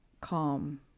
calm